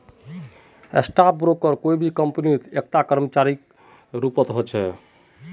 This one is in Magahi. स्टाक ब्रोकर कोई भी कम्पनीत एकता कर्मचारीर रूपत ह छेक